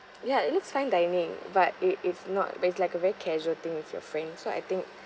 ya it looks fine dining but it is not but it's like a very casual thing with your friends so I think